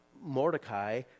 Mordecai